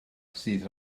sydd